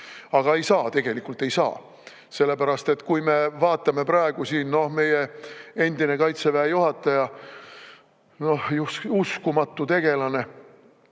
Aga ei saa, tegelikult ei saa. Sellepärast et kui me vaatame praegu, meie endine Kaitseväe juhataja, uskumatu tegelane,